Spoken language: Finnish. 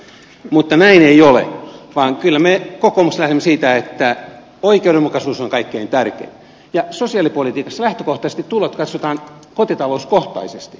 mutta näin ei ole vaan kyllä me kokoomuksessa lähdemme siitä että oikeudenmukaisuus on kaikkein tärkein ja sosiaalipolitiikassa lähtökohtaisesti tulot katsotaan kotitalouskohtaisesti